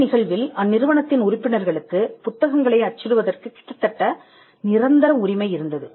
இந்த நிகழ்வில் அந்நிறுவனத்தின் உறுப்பினர்களுக்கு புத்தகங்களை அச்சிடுவதற்கு கிட்டத்தட்ட நிரந்தர உரிமை இருந்தது